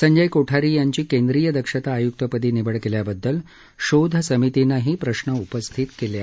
संजय कोठारी यांची केंद्रीय दक्षता आयुक्तपदी निवड केल्याबद्दल शोध समितीनंही प्रश्न उपस्थित केले आहेत